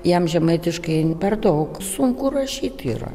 jam žemaitiškai per daug sunku rašyt yra